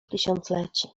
tysiącleci